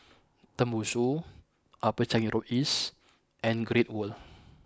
Tembusu Upper Changi Road East and Great World